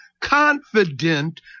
Confident